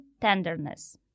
tenderness